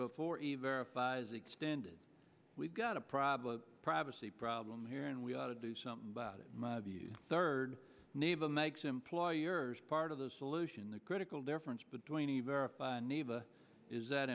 before a verifies extended we've got a problem privacy problem here and we ought to do something about it the third neva makes employers part of the solution the critical difference between